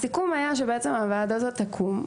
הסיכום היה שבעצם הוועדה הזאת תקום,